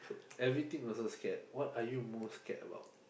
everything also scared what are you most scared about